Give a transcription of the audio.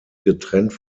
getrennt